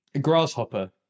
Grasshopper